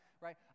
Right